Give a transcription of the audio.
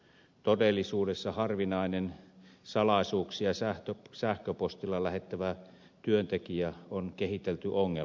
todellisuudessa harvinainen salaisuuksia sähköpostilla lähettävä työntekijä on kehitelty ongelmaksi